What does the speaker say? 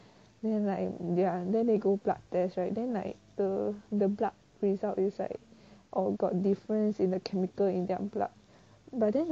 then like ya they go blood test right then like the blood result is like oh got difference in the chemical in their blood but then